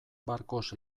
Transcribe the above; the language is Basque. barkos